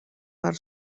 per